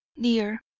dear